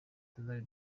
tuzabe